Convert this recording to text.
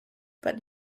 but